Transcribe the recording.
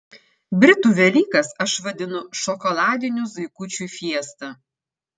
britų velykas aš vadinu šokoladinių zuikučių fiesta